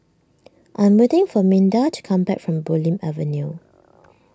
I'm waiting for Minda to come back from Bulim Avenue